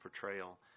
portrayal